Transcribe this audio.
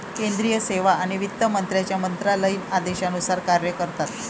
केंद्रीय सेवा आणि वित्त मंत्र्यांच्या मंत्रालयीन आदेशानुसार कार्य करतात